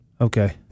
Okay